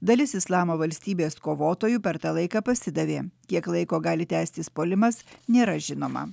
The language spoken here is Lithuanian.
dalis islamo valstybės kovotojų per tą laiką pasidavė kiek laiko gali tęstis puolimas nėra žinoma